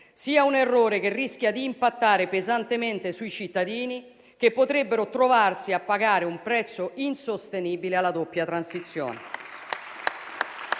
sia un errore che rischia di impattare pesantemente sui cittadini, che potrebbero trovarsi a pagare un prezzo insostenibile alla doppia transizione.